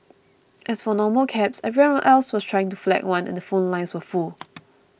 as for normal cabs everyone else was trying to flag one and the phone lines were full